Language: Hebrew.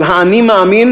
של ה"אני מאמין",